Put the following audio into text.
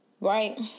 Right